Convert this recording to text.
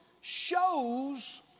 shows